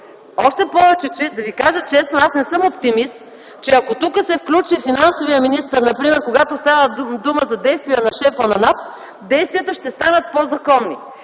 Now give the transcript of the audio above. Още повече, да Ви кажа честно, аз не съм оптимист, че ако тук се включи финансовият министър, например когато става дума за действия на шефа на НАП, действията ще станат по-законни.